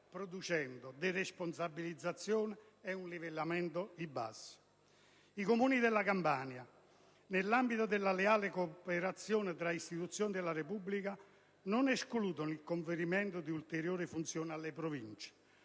producendo deresponsabilizzazioni e un livellamento verso il basso. I Comuni della Campania, nell'ambito della leale cooperazione tra istituzioni della Repubblica, non escludono il conferimento di ulteriori funzioni alle Province,